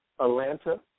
Atlanta